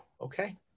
okay